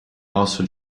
also